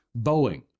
Boeing